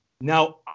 Now